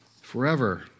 forever